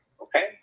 Okay